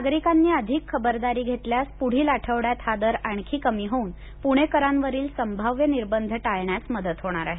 नागरिकांनी अधिक खबरदारी घेतल्यास पुढील आठवड्यात हा दर आणखी कमी होऊन पुणेकरांवरील संभाव्य निर्बंध टाळण्यास मदत होणार आहे